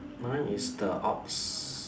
mine is the ops